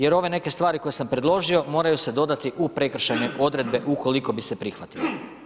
Jer ove neke stvari koje sam predložio moraju se dodati u prekršajne odredbe ukoliko bi se prihvatile.